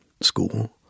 school